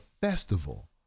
festival